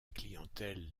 clientèle